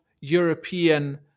European